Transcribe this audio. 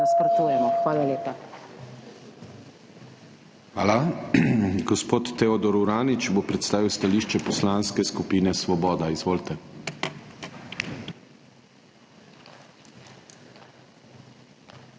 Hvala. Gospod Teodor Uranič bo predstavil stališče Poslanske skupine Svoboda. Izvolite.